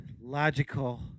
logical